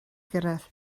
gyrraedd